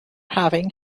having